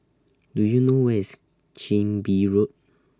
Do YOU know Where IS Chin Bee Road